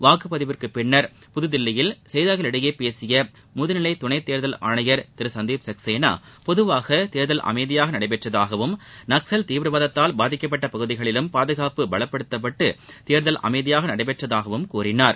வாக்குப் பதிவிற்குப்பின் புதுதில்லியில் செய்தியாளர்களிடம் பேசிய முதநிலை துணை தேர்தல் ஆணையர் திரு சந்தீப் சக்சேனா பொதுவாக தேர்தல் அமைதியாக நடைபெற்றதாகவும் நக்சல் தீவிரவாதத்தால் பாதிக்கப்பட்ட பகுதிகளிலும் பாதுகாப்பு பலப்படுத்தப்பட்டு தேர்தல் அமைதியாக நடைபெற்றதாகவும் கூறினார்